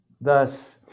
Thus